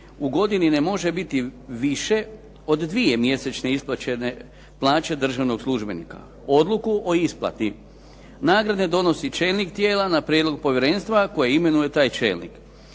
u godini ne može biti više od 2 mjesečne isplaćene plaće državnog službenika. Odluku o isplati nagrade donosi čelnik tijela na prijedlog povjerenstva koje imenuje taj čelnik.